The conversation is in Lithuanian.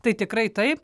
tai tikrai taip